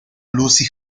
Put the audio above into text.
lucy